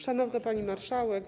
Szanowna Pani Marszałek!